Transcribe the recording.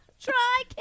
try